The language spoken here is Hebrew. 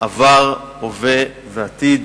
עבר, הווה ועתיד.